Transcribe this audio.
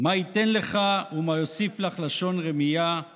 "מה יתן לך ומה יסיף לך לשון רמיה";